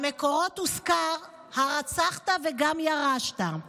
במקורות הוזכר: "הרצחת וגם ירשת";